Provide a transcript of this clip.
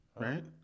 right